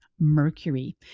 Mercury